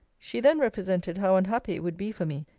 she then represented how unhappy it would be for me,